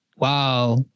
Wow